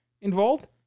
involved